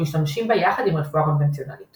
שמשתמשים בה יחד עם רפואה קונבנציונלית